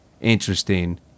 Interesting